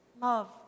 Love